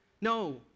No